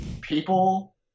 People